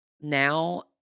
now